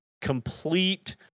complete